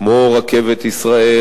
כמו "רכבת ישראל",